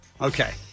Okay